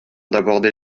d’aborder